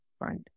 right